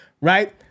right